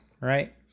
right